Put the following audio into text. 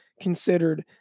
considered